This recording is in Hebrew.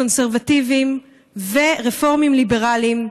קונסרבטיבים ורפורמים ליברלים,